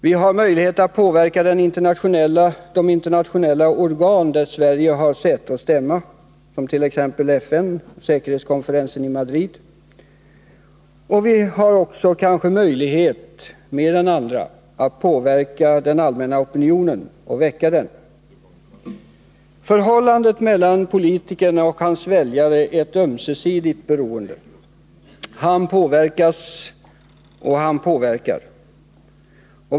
Vi har möjlighet att påverka de internationella organ där Sverige har säte och stämma, t.ex. FN och säkerhetskonferensen i Madrid. Vi har också möjlighet, mer än andra, att påverka den allmänna opinionen och väcka den. Förhållandet mellan politikern och hans väljare är ett ömsesidigt beroende. Han påverkas och han påverkar.